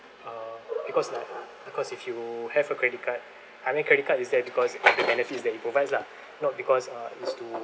uh because like because if you have a credit card I mean credit card is there because the benefits that it provides lah not because uh is to